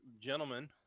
gentlemen